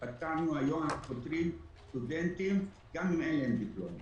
היום אנחנו פוטרים סטודנטים גם אם אין להם דיפלומה.